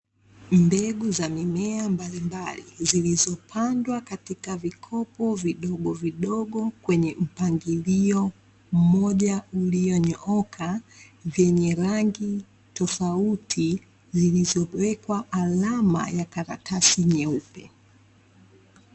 Mbegu za mimea mbalimbali, zilizopandwa katika vikopo vidogo vidogo kwenye mpangilio mmoja ulionyooka, vyenye rangi tofauti, zilizowekwa alama ya karatasi nyeupe.